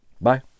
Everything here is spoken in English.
Bye